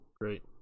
great